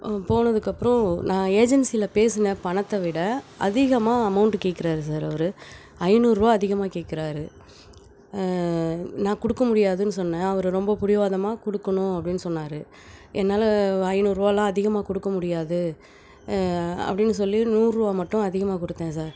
போனதுக்கு அப்புறம் நான் ஏஜென்சியில பேசினேன் பணத்தை விட அதிகமாக அமௌண்ட்டு கேட்குறாரு சார் அவர் ஐநூறுபா அதிகமாக கேட்குறாரு நான் கொடுக்க முடியாதுன்னு சொன்னேன் அவர் ரொம்ப பிடிவாதமா கொடுக்கணும் அப்படின்னு சொன்னார் என்னால் ஐநூறுபாலாம் அதிகமாக கொடுக்க முடியாது அப்படின்னு சொல்லி நூறுபாய் மட்டும் அதிகமாக கொடுத்தேன் சார்